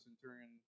centurion